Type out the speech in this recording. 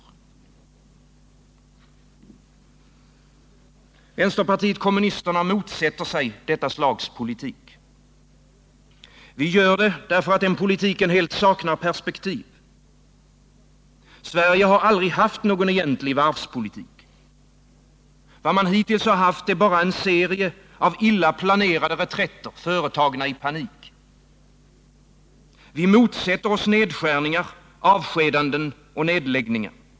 34 Vänsterpartiet kommunisterna motsätter sig detta slags politik. Vi gör det därför att den politiken helt saknar perspektiv. Sverige har aldrig haft någon egentlig varvspolitik. Vad man hittills haft är bara en serie illa planerade reträtter, företagna i panik. Vi motsätter oss nedskärningar, avskedanden och nedläggningar.